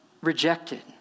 rejected